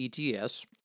ETS